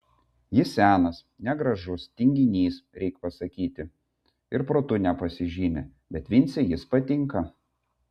jis senas negražus tinginys reik pasakyti ir protu nepasižymi bet vincei jis patinka